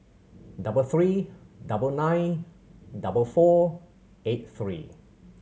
double three double nine double four eight three